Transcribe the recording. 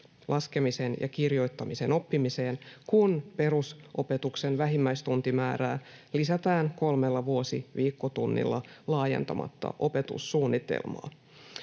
laskemisen ja kirjoittamisen oppimiseen, kun perusopetuksen vähimmäistuntimäärää lisätään kolmella vuosiviikkotunnilla laajentamatta opetussuunnitelmaa.